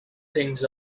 things